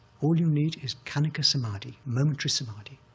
all you need is khanika samadhi, momentary samadhi.